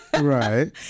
Right